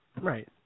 Right